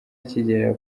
akigera